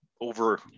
over